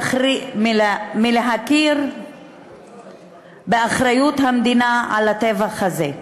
מלהכיר באחריות המדינה לטבח הזה,